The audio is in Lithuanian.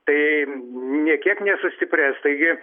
tai nė kiek nesustiprės taigi